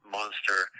Monster